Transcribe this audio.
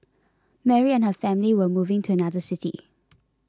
Mary and her family were moving to another city